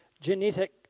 genetic